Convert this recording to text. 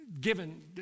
given